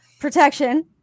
protection